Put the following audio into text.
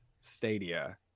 stadia